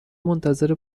منتظر